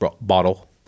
bottle